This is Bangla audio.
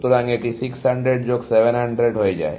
সুতরাং এটি 600 যোগ 700 হয়ে যায়